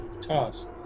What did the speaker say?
toss